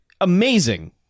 amazing